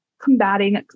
combating